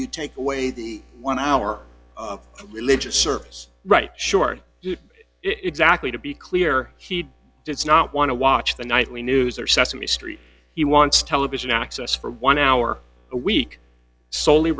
take away the one hour religious service right short exactly to be clear he does not want to watch the nightly news or sesame street he wants television access for one hour a week sole